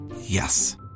Yes